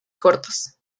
cortos